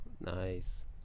Nice